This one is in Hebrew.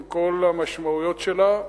עם כל המשמעויות שלה.